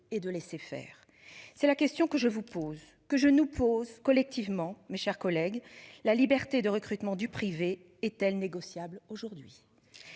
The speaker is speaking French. et de laisser faire. C'est la question que je vous pose, que je nous pose collectivement, mes chers collègues, la liberté de recrutement du privé est-elle négociable aujourd'hui.